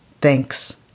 Thanks